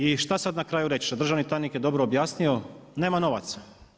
I šta sada na kraju reći, državni tajnik je dobro objasnio, nema novaca.